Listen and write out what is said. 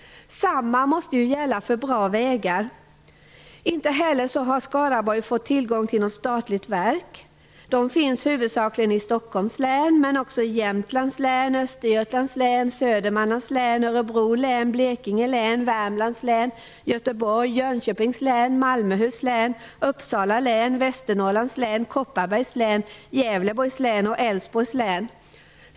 Samma sak gäller bra vägar. Skaraborg har inte heller fått tillgång till något statligt verk. De finns huvudsakligen i Stockholms län, men också i Jämtlands län, Östergötlands län, Gävleborgs län och Älvsborgs län.